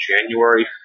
January